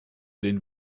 den